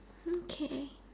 okay